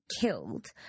killed